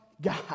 God